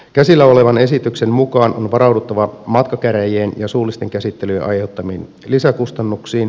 käsillä olevan esityksen mukaan on varauduttava matkakäräjien ja suullisten käsittelyjen aiheuttamiin lisäkustannuksiin